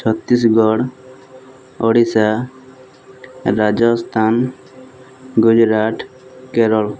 Chhattisgarh Odisha Rajasthan Gujarat Kerala